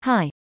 Hi